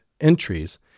entries